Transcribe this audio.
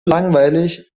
langweilig